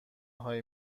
هایی